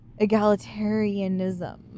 egalitarianism